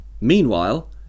Meanwhile